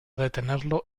detenerlo